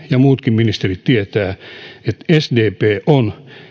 ja muutkin ministerit tietävät että sdp